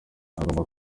agomba